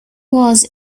was